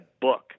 book